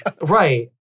Right